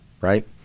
right